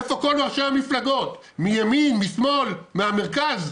איפה כל ראשי המפלגות מימין, משמאל, מהמרכז?